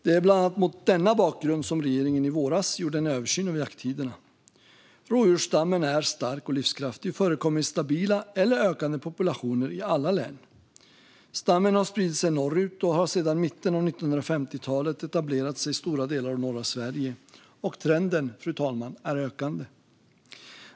Det är bland annat mot denna bakgrund som regeringen i våras gjorde en översyn av jakttiderna. Rådjursstammen är stark och livskraftig och förekommer i stabila eller ökande populationer i alla län. Stammen har spridit sig norrut och har sedan mitten av 1950-talet etablerat sig i stora delar av norra Sverige, och trenden, fru talman, är ökande.